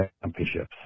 championships